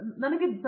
professor